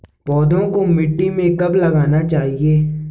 पौधों को मिट्टी में कब लगाना चाहिए?